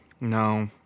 No